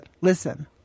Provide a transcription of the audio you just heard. listen